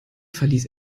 verließ